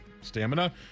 stamina